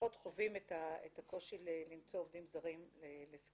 פחות חווים את הקושי למצוא עובדים זרים לזקנים,